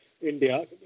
India